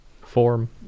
form